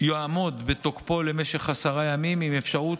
יעמוד בתוקפו למשך עשרה ימים עם אפשרות